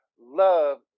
love